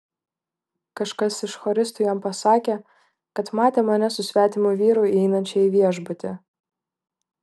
kažkas iš choristų jam pasakė kad matė mane su svetimu vyru įeinančią į viešbutį